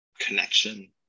connection